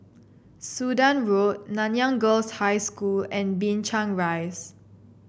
Sudan Road Nanyang Girls' High School and Binchang Rise